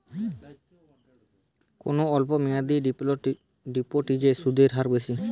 কোন অল্প মেয়াদি ডিপোজিটের সুদের হার বেশি?